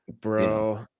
Bro